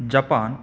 Japan